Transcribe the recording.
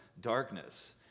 darkness